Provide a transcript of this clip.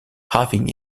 having